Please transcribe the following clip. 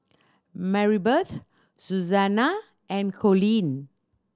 Maribeth Susannah and Coleen